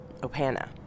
Opana